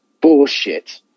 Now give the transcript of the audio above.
bullshit